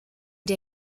der